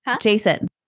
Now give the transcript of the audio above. Jason